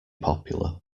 popular